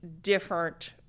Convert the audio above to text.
different